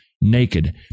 naked